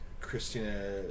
christina